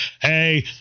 hey